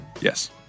Yes